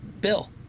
Bill